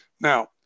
Now